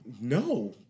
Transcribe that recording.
No